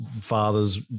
fathers